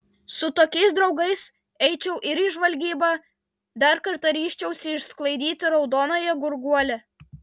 su tokiais draugais eičiau ir į žvalgybą dar kartą ryžčiausi išsklaidyti raudonąją gurguolę